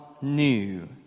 new